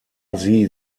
sie